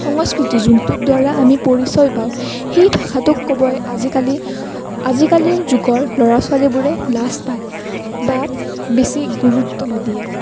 সংস্কৃতি যোনটোৰ দ্বাৰা আমি পৰিচয় পাওঁ সেই ভাষাটোক ক'বলৈ আজিকালি আজিকালিৰ যুগৰ ল'ৰা ছোৱালীবোৰে লাজ পায় বা বেছি গুৰুত্ব নিদিয়ে